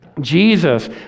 Jesus